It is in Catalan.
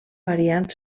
variant